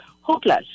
hopeless